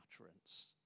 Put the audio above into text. utterance